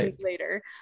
later